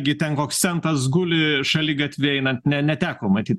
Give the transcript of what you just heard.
gi ten koks centas guli šaligatviu einant ne neteko matyt